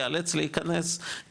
יאלץ להיכנס,